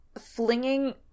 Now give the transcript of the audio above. flinging